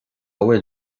bhfuil